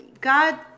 God